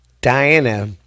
Diana